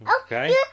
Okay